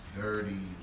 dirty